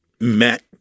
met